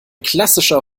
klassischer